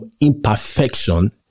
imperfection